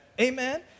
Amen